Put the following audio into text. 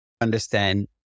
understand